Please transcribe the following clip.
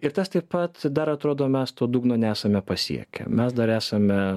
ir tas taip pat dar atrodo mes to dugno nesame pasiekę mes dar esame